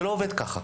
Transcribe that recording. זה לא עובד ככה.